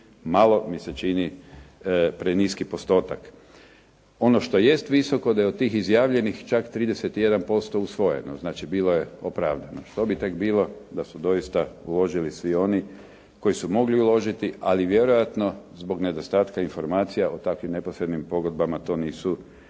malo mi se čini preniski postotak. Ono što jest visoko da je u tih izjavljenih čak 31% usvojeno. Znači bilo je opravdano. Što bi tek bilo da su doista uložili svi oni koji su mogli uložiti, ali vjerojatno zbog nedostatka informacija o takvim neposrednim pogodbama to nisu stigli